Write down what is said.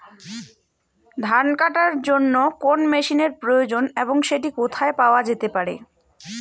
ধান কাটার জন্য কোন মেশিনের প্রয়োজন এবং সেটি কোথায় পাওয়া যেতে পারে?